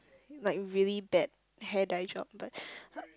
like really bad hair dye job but